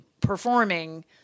performing